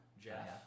Jeff